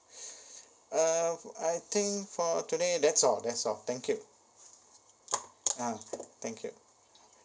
uh I think for today that's all that's all thank you ah thank you